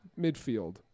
midfield